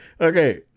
okay